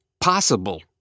possible